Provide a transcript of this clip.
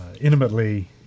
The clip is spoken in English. intimately